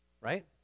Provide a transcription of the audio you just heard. right